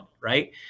Right